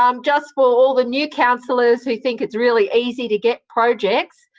um just for all the new councillors who think it's really easy to get projects,